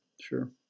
Sure